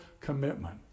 commitment